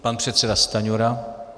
Pan předseda Stanjura.